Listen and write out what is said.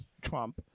Trump